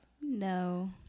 No